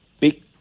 big